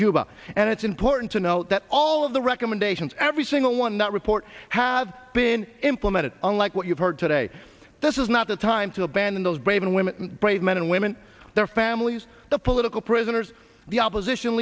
cuba and it's important to note that all of the recommendations every single one not report have been implemented unlike what you've heard today this is not the time to abandon those brave men women brave men and women their families the political prisoners the opposition